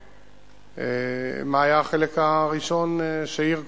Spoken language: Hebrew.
מה היה החלק הראשון שהעיר כבודו?